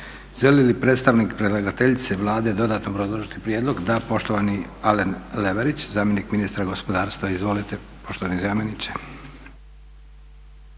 Želi li predstavnik predlagateljice Vlade dodatno obrazložiti prijedlog? Da. Poštovani Alen Leverić zamjenik ministar gospodarstva. Izvolite poštovani zamjeniče.